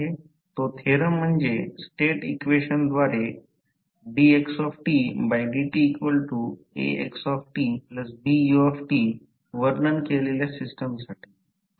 तो थेरम म्हणजे state equation द्वारेdxdtAxtBut वर्णन केलेल्या सिस्टमसाठी